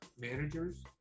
managers